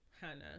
hannah